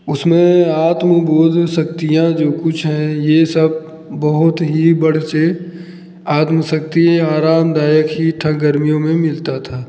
उसमें आत्मबोध शक्तियाँ जो कुछ हैं यह सब बहुत ही बढ़कर आत्मशक्ति आरामदायक ही था गर्मियों में मिलता था